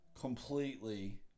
completely